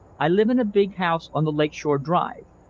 i live in a big house on the lake shore drive.